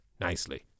Nicely